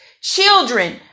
Children